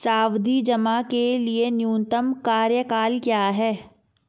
सावधि जमा के लिए न्यूनतम कार्यकाल क्या है?